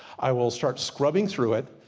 i will start scrubbing through it,